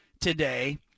today